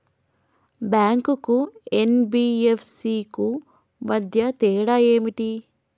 Bank కు NBFC కు మధ్య తేడా ఏమిటి?